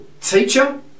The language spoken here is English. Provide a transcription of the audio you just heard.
teacher